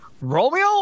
Romeo